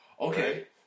Okay